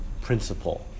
principle